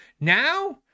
Now